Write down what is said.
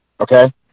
okay